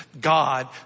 God